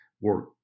work